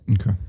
Okay